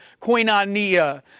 koinonia